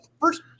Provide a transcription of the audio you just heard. first